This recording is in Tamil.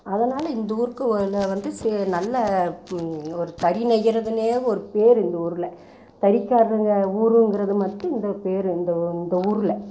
அதனால் இந்த ஊருக்கு வந்து சே நல்ல ஒரு தறி நெய்யுறதுனே ஒரு பேர் இந்த ஊர்ல தறிக்காரங்கள் ஊருங்கிறது மட்டும் இந்த பேர் இந்த இந்த ஊர்ல